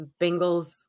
Bengals